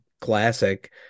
classic